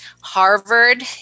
Harvard